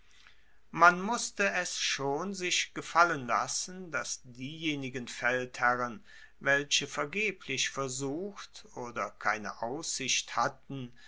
man musste es schon sich gefallen lassen dass diejenigen feldherren welche vergeblich versucht oder keine aussicht hatten